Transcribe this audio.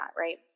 right